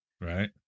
Right